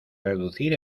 reducir